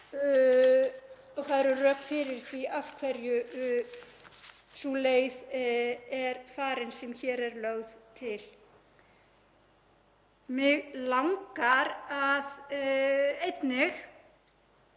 og það eru rök fyrir því af hverju sú leið er farin sem hér er lögð til. Mig langar að einnig